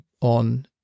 on